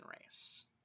race